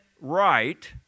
right